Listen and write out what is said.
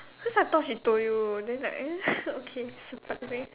cause I thought she told you then like okay surprising